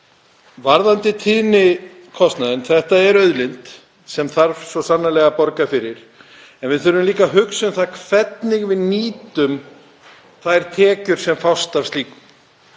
Varðandi tíðnikostnaðinn þá er það auðlind sem þarf svo sannarlega að borga fyrir. En við þurfum líka að hugsa um það hvernig við nýtum þær tekjur sem fást af slíku.